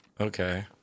Okay